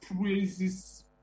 praises